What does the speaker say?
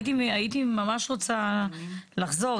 הייתי ממש רוצה לחזור,